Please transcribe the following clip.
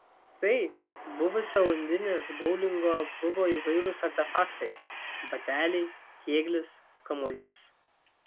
tai buvusio undinės boulingo klubo įvairūs artefaktai bateliai kėglis kamuolys